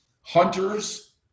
hunters